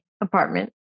apartment